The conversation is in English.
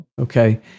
Okay